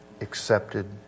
accepted